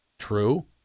true